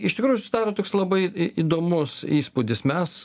iš tikrųjų susidaro toks labai į įdomus įspūdis mes